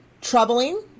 troubling